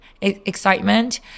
excitement